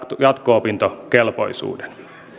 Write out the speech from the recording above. jatko opintokelpoisuuden